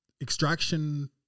Extraction